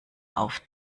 auf